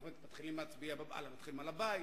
אנחנו מתחילים להצביע על הבית,